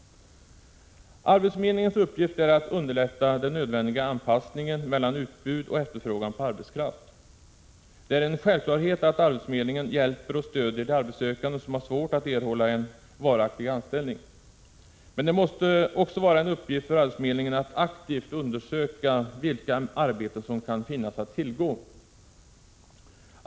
Arbetsförmedlingens uppgift är att underlätta den nödvändiga anpassningen mellan utbud och efterfrågan på arbetskraft. Det är en självklarhet att arbetsförmedlingen hjälper och stödjer de arbetssökande som har svårt att erhålla en varaktig anställning. Det måste också vara en uppgift för arbetsförmedlingen att aktivt undersöka vilka arbeten som kan finnas att tillgå.